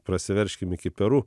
prasiveržkim iki peru